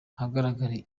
ahagaragara